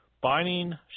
binding